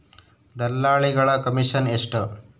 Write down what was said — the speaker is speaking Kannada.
ದಲ್ಲಾಳಿಗಳ ಕಮಿಷನ್ ಎಷ್ಟು?